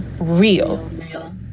real